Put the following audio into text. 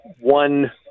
One